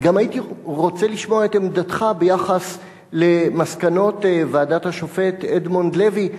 וגם הייתי רוצה לשמוע את עמדתך ביחס למסקנות ועדת השופט אדמונד לוי.